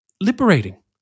liberating